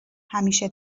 همیشه